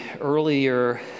earlier